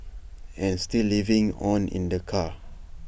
and still living on in the car